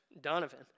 Donovan